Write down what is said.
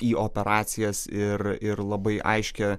į operacijas ir ir labai aiškią